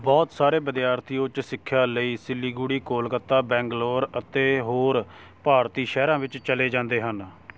ਬਹੁਤ ਸਾਰੇ ਵਿਦਿਆਰਥੀ ਉੱਚ ਸਿੱਖਿਆ ਲਈ ਸਿਲੀਗੁੜੀ ਕੋਲਕਾਤਾ ਬੰਗਲੌਰ ਅਤੇ ਹੋਰ ਭਾਰਤੀ ਸ਼ਹਿਰਾਂ ਵਿੱਚ ਚਲੇ ਜਾਂਦੇ ਹਨ